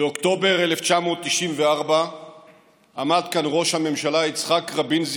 באוקטובר 1994 עמד כאן ראש הממשלה יצחק רבין,